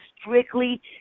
strictly